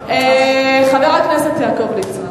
חבר הכנסת יעקב ליצמן,